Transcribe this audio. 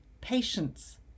patience